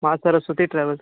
माँ सरस्वती ट्रेवल्स